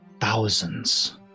thousands